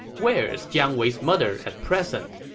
where is jiang wei's mother at present?